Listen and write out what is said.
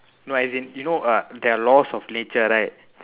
no as in you know uh there are laws of nature right